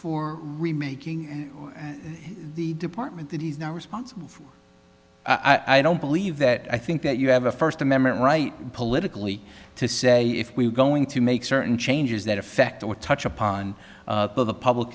for remaking the department that he's now responsible for i don't believe that i think that you have a first amendment right politically to say if we're going to make certain changes that affect our touch upon the public